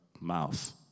mouth